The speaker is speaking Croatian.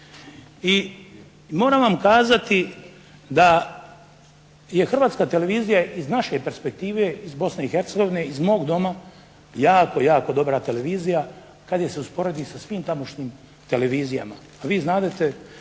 i moram vam kazati da je Hrvatska televizija iz naše perspektive iz Bosne i Hercegovine, iz mog doma jako, jako dobra televizija kada je se usporedi sa svim tamošnjim televizijama.